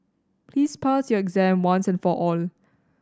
please pass your exam once and for all